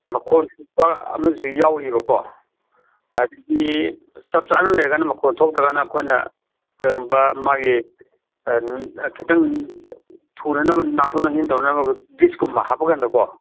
ꯃꯈꯣꯟ ꯊꯣꯛꯄ ꯑꯃꯁꯨ ꯌꯥꯎꯔꯤꯕꯀꯣ ꯑꯗꯒꯤ ꯆꯞ ꯆꯥꯅ ꯂꯩꯔ ꯀꯥꯟꯗ ꯃꯈꯣꯟ ꯊꯣꯛꯇ꯭ꯔꯥ ꯀꯥꯟꯗ ꯑꯩꯈꯣꯏꯅ ꯀꯔꯤꯒꯨꯝꯕ ꯃꯥꯒꯤ ꯈꯤꯇꯪ ꯊꯨꯅꯅꯕ ꯅꯥꯟꯊꯣꯛ ꯅꯥꯟꯁꯤꯟ ꯇꯧꯅꯅꯕ ꯒ꯭ꯔꯤꯁ ꯀꯨꯝꯕ ꯍꯥꯞꯄ ꯀꯥꯟꯗꯀꯣ